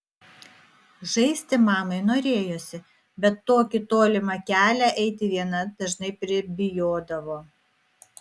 žaisti mamai norėjosi bet tokį tolimą kelią eiti viena dažnai pribijodavo